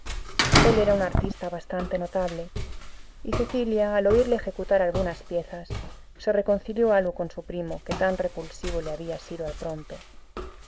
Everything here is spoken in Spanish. él un artista bastante notable y cecilia al oírle ejecutar algunas piezas se reconcilió algo con su primo que tan repulsivo le había sido al pronto